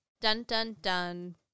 dun-dun-dun